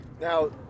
now